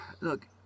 Look